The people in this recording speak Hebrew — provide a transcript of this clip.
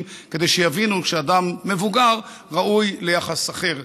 כדי שיבינו שאדם מבוגר ראוי ליחס אחר.